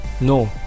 No